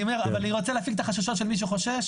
אבל אני רוצה להציג את החששות של מי שחושש.